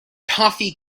toffee